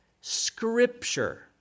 scripture